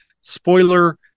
Spoiler